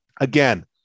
again